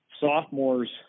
sophomores